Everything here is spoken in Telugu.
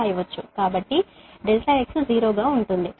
కాబట్టి ∆x 0 గా ఉంటుంది